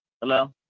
Hello